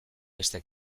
beste